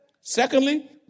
Secondly